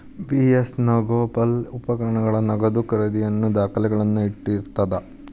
BS negotiable ಉಪಕರಣಗಳ ನಗದು ಖರೇದಿಯ ದಾಖಲೆಗಳನ್ನ ಇಟ್ಟಿರ್ತದ